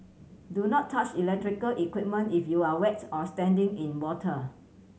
do not touch electrical equipment if you are wets or standing in water